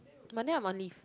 Monday I'm on leave